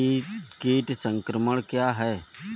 कीट संक्रमण क्या है?